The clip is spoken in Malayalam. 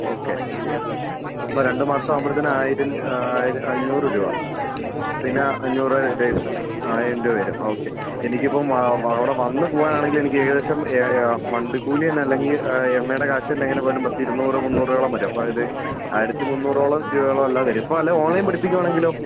ഓക്കേ അപ്പം രണ്ടുമാസം ആവുമ്പഴുത്തേന് ആയിരം ആയിര അഞ്ഞൂറുരൂപ പിന്നെ അഞ്ഞൂറ് ഡേയ്സ് വരും ഓക്കേ എനിക്കിപ്പം അവിടവന്ന് പോകാനാണെങ്കിൽ എനിക്ക് ഏകദേശം ഏഹ് ഏഹ് വണ്ടിക്കൂലി തന്നെ അല്ലെങ്കിൽ എണ്ണയുടെ കാശ് തന്നെ എങ്ങനെ പോയാലും പത്ത് ഇരുന്നൂറ് മുന്നൂറോളം വരും അപ്പോൾ അത് ആയിരത്തിമുന്നൂറോളം രൂപയോളം എല്ലാം വവരും ഇപ്പോൾ എല്ലാം ഓൺലൈൻ പഠിപ്പിക്കുകയാണെങ്കിലോ